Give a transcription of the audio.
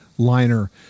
liner